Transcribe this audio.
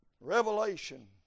Revelation